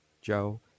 Joe